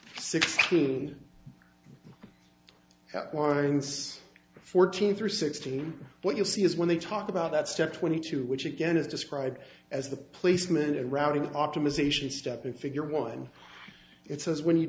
sixteen warnings fourteen three sixteen what you'll see is when they talk about that step twenty two which again is described as the placement of routing optimisation step and figure one it says when you